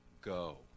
Go